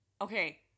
Okay